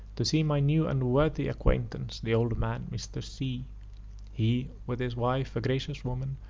to see my new and worthy acquaintance, the old man, mr. c he, with his wife, a gracious woman,